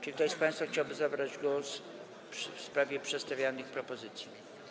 Czy ktoś z państwa chciałby zabrać głos w sprawie przedstawionych propozycji?